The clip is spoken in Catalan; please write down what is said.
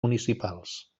municipals